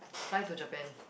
fly to Japan